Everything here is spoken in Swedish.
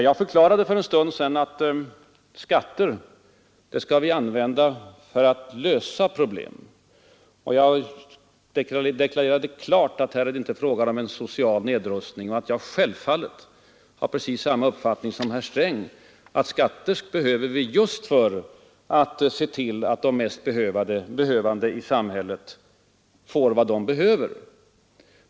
Jag förklarade för en stund sedan att skatter skall vi använda för att lösa problem, och jag deklarerade klart att det här inte är fråga om en social nedrustning samt att jag självfallet har precis samma uppfattning som herr Sträng, nämligen att skatter är nödvändiga just för att de mest behövande i samhället skall få vad de måste ha.